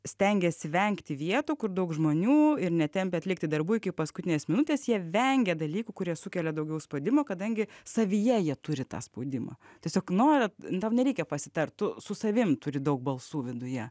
stengiasi vengti vietų kur daug žmonių ir netempia atlikti darbų iki paskutinės minutės jie vengia dalykų kurie sukelia daugiau spaudimo kadangi savyje jie turi tą spaudimą tiesiog nori tau nereikia pasitart tu su savim turi daug balsų viduje